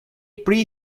pre